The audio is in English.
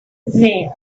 there